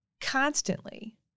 constantly